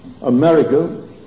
america